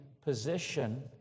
position